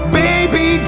baby